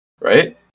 right